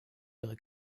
ihre